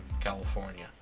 California